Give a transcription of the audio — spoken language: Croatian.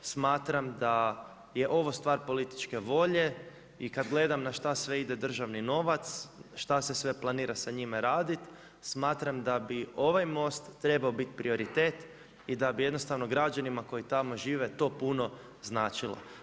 Smatram da je ovo stvar političke volje i kada gledam na što sve ide državni novac, što se sve planira sa njime raditi, smatram da bi ovaj most trebao biti prioritet i da bi jednostavno građanima koji tamo žive to puno značilo.